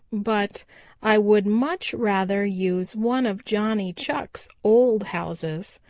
but i would much rather use one of johnny chuck's old houses.